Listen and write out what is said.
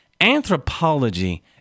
Anthropology